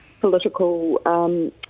political